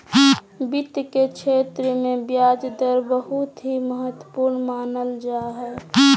वित्त के क्षेत्र मे ब्याज दर बहुत ही महत्वपूर्ण मानल जा हय